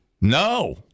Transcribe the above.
No